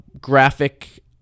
graphic